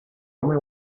only